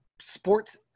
sports